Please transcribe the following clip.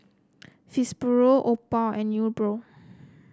Fibrosol Oppo and Nepro